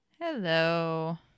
hello